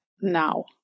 now